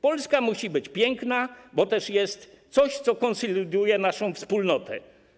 Polska musi być piękna, bo to też jest coś, co konsoliduje naszą wspólnotę.